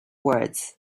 words